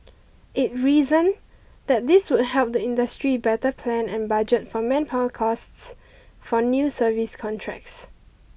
it reasoned that this would help the industry better plan and budget for manpower costs for new service contracts